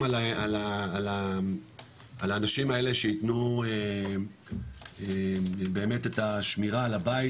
על האנשים האלה שייתנו באמת את השמירה על הבית,